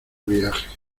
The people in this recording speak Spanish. viaje